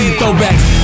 throwbacks